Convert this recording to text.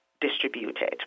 distributed